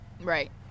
Right